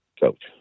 Coach